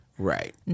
Right